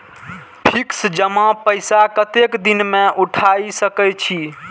Fix जमा पैसा कतेक दिन में उठाई सके छी?